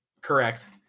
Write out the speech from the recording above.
Correct